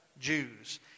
Jews